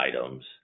items